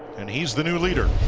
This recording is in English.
and he is the knew leader.